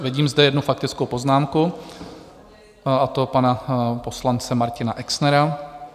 Vidím zde jednu faktickou poznámku, a to pana poslance Martina Exnera.